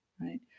right